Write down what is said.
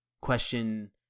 question